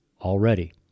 already